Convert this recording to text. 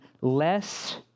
less